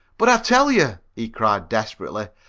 but i tell you, he cried, desperately,